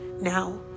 now